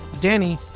Danny